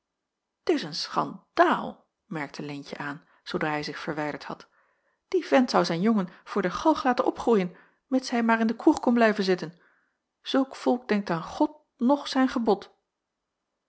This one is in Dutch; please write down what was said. t is een schandaal merkte leentje aan zoodra hij zich verwijderd had die vent zou zijn jongen voor de galg laten opgroeien mids hij maar in de kroeg kon blijven zitten zulk volk denkt aan god noch zijn gebod